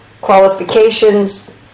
qualifications